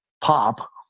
pop